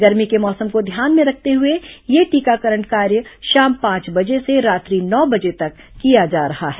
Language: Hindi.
गर्मी के मौसम को ध्यान में रखते हए यह टीकाकरण कार्य शाम पांच बजे से रात्रि नौ बजे तक किया जा रहा है